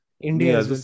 India